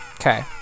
Okay